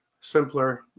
simpler